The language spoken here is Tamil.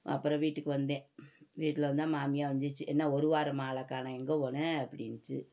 அப்புறம் வீட்டுக்கு வந்தேன் வீட்டில் வந்தால் மாமியார் வந்துச்சு என்ன ஒரு வாரமாக ஆளை காணோம் எங்கே போனே அப்படின்னுச்சு